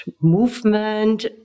movement